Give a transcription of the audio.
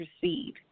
proceed